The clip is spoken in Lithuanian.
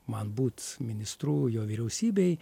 man būt ministrų jo vyriausybėj